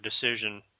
decision